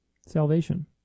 salvation